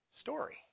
story